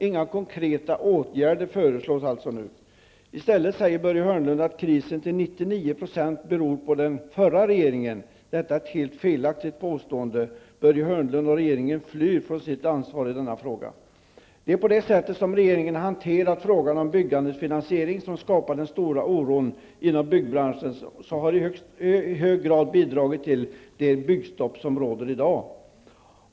Inga konkreta åtgärder föreslås nu. I stället säger Börje Hörnlund att krisen till 99 % beror på den förra regeringen. Detta är ett helt felaktigt påstående. Börje Hörnlund och regeringen flyr från sitt ansvar i denna fråga. Det är på det sätt som regeringen har hanterat frågan om byggandets finansiering som har skapat den stora oron inom byggbranschen och som i hög grad har bidragit till det byggstopp som råder i dag.